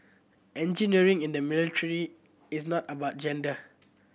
engineering in the military is not about gender